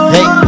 Hey